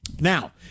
Now